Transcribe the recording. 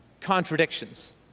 contradictions